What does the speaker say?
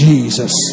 Jesus